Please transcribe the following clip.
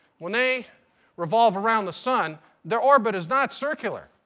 when they revolve around the sun their orbit is not circular.